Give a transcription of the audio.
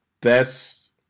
Best